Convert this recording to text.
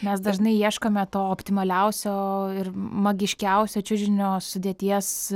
mes dažnai ieškome to optimaliausio ir magiškiausio čiužinio sudėties